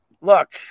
Look